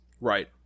Right